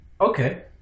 okay